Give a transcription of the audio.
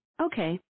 Okay